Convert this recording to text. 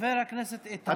חבר הכנסת איתמר,